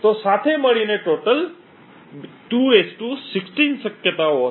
તો સાથે મળીને 2 16 શક્યતાઓ હશે